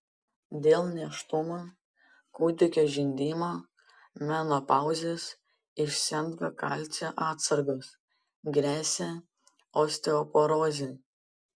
dėl nėštumo kūdikio žindymo menopauzės išsenka kalcio atsargos gresia osteoporozė